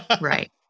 Right